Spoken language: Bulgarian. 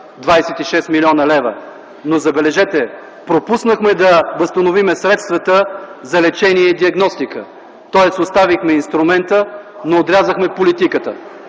26 млн. лв., но, забележете, пропуснахме да възстановим средствата за лечение и диагностика. Тоест, оставихме инструмента, но отрязахме политиката.